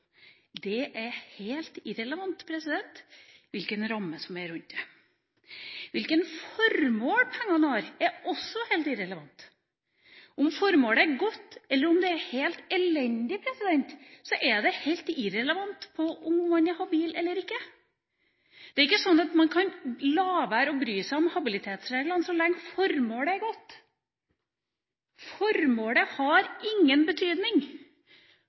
Det er helt irrelevant hvilken ramme som er rundt det. Hvilket formål pengene har, er også helt irrelevant. Om formålet er godt eller helt elendig, er helt irrelevant for om man er habil eller ikke. Det er ikke sånn at man kan la være å bry seg om habilitetsreglene så lenge formålet er godt. Formålet har ingen betydning